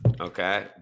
okay